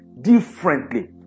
differently